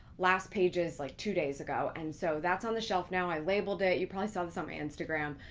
last pages like two days ago. and so that's on the shelf now. i labeled it. you probably saw this on my instagram.